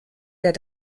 der